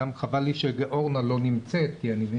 קצת חבל לי שאורנה לא נמצאת כי אני מבין